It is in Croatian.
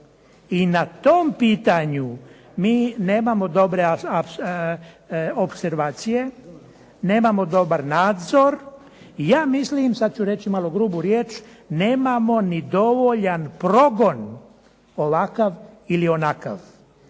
I na tom pitanju mi nemamo dobre opservacije, nemamo dobar nadzor i ja mislim, sad ću reći malo grubu riječ, nemamo ni dovoljan progon ovakav ili onakav